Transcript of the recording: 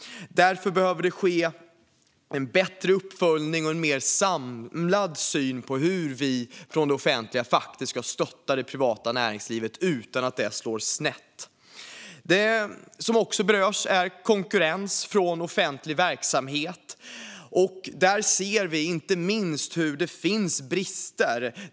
Det behövs en bättre uppföljning och en mer samlad syn på hur det offentliga ska stötta det privata näringslivet utan att det slår snett. Konkurrens från offentlig verksamhet berörs också. Här ser vi att det finns brister.